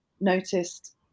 noticed